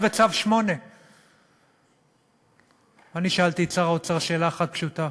רק כי הם עכשיו בצו 8. אני שאלתי את שר האוצר שאלה אחת פשוטה: